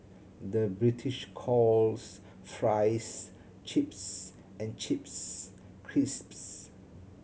the British calls fries chips and chips crisps